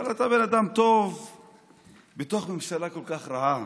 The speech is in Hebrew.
אבל אתה בן אדם טוב בתוך ממשלה כל כך רעה,